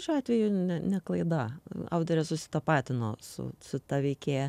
šiuo atveju ne klaida autorė susitapatino su su ta veikėja